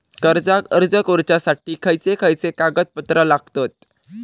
कर्जाक अर्ज करुच्यासाठी खयचे खयचे कागदपत्र लागतत